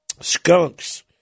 Skunks